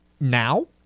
now